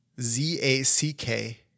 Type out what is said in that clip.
z-a-c-k